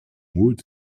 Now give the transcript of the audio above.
wood